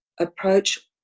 Approach